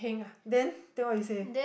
then then what you say